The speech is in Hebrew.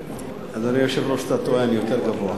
אדוני היושב-ראש, אתה טועה, אני יותר גבוה.